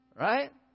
Right